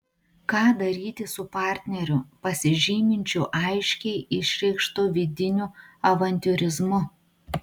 ką daryti su partneriu pasižyminčiu aiškiai išreikštu vidiniu avantiūrizmu